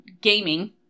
gaming